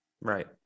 right